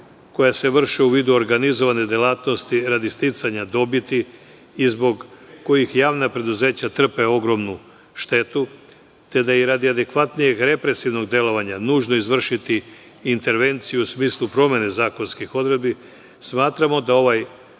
koja se vrše u vidu organizovane delatnosti radi sticanja dobiti i zbog kojih javna preduzeća trpe ogromnu štetu, te da je radi efikasnijeg represivnog delovanja nužno izvršiti intervenciju u smislu promene zakonskih odredbi, smatramo da ovaj